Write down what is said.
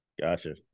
Gotcha